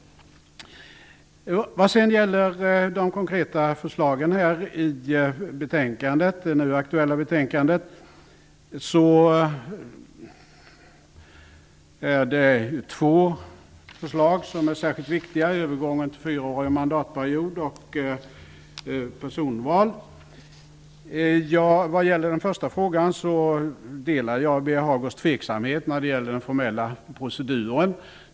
Vad sedan gäller de konkreta förslagen i det aktuella betänkandet, är det två förslag som är särskilt viktiga, nämligen övergången till fyraårig mandatperiod och personval. I den första frågan delar jag Birger Hagårds tveksamhet när det gäller den formella proceduren.